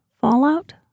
Fallout